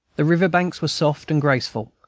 the river-banks were soft and graceful,